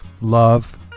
love